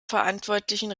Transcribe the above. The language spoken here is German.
verantwortlichen